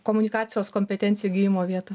komunikacijos kompetencijų įgijimo vieta